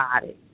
body